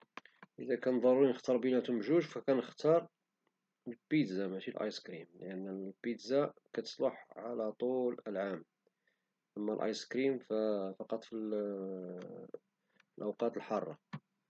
إذا كان ضروري نختار بينات بجوج فغنختار البيتزا ماشي الأيس كريم لأن البيتزا كتصلح على طول العام أما الأيس كريم ففقط في الأوقات الحارة.